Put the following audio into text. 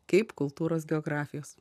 kaip kultūros geografijos